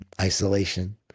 Isolation